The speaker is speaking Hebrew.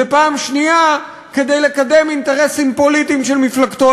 ופעם שנייה כדי לקדם אינטרסים פוליטיים של מפלגתו,